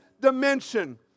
dimension